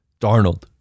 Darnold